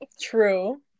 true